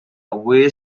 away